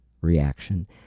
reaction